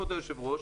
כבוד היושב-ראש,